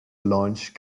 launch